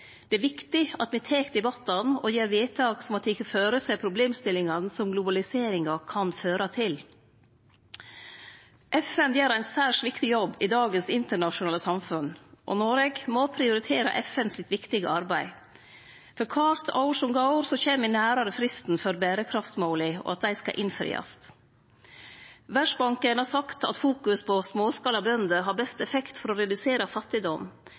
Det er viktig at me tek debattane og gjer vedtak som har teke føre seg problemstillingane som globaliseringa kan føre til. FN gjer ein særs viktig jobb i dagens internasjonale samfunn, og Noreg må prioritere FNs viktige arbeid. For kvart år som går, kjem me nærare fristen for når berekraftsmåla skal innfriast. Verdsbanken har sagt at å fokusere på småskalabønder har best effekt for å redusere fattigdom.